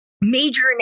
major